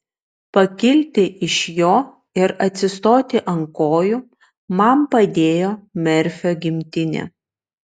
pakilti iš jo ir atsistoti ant kojų man padėjo merfio gimtinė